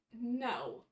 no